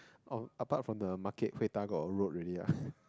oh apart from the market Hui-Da got a road already lah